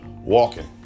Walking